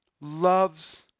loves